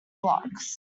blocks